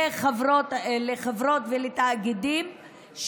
לחברות ולתאגידים,